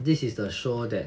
this is the show that